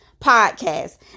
podcast